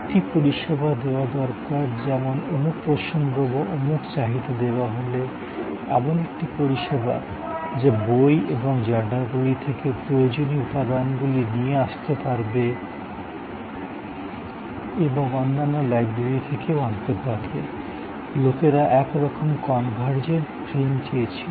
একটি পরিষেবা দেওয়া দরকার যেমন অমুক প্রসঙ্গ বা অমুক চাহিদা দেওয়া হলে এমন একটি পরিষেবা যা বই এবং জার্নালগুলি থেকে প্রয়োজনীয় উপাদানগুলি নিয়ে আস্তে পারবে এবং অন্যান্য লাইব্রেরি থেকেও আনতে পারবে লোকেরা একরকম কনভারজেন্ট ফ্রেম চেয়েছিল